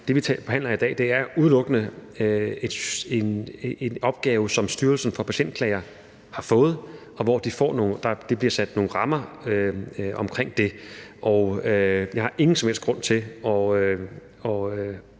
Det, vi behandler i dag, er udelukkende en opgave, som Styrelsen for Patientklager har fået. Der bliver sat nogle rammer omkring det, og jeg har ingen som helst grund til at